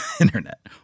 internet